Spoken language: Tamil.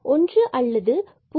ஒன்று அல்லது 0